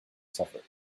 suffer